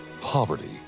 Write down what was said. Poverty